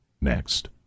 next